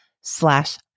slash